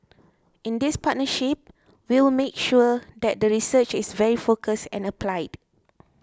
in this partnership we will make sure that the research is very focused and applied